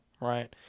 right